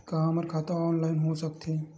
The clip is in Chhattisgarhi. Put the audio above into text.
का हमर खाता ऑनलाइन हो सकथे?